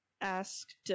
asked